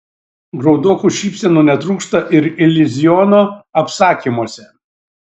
graudokų šypsenų netrūksta ir iliuziono apsakymuose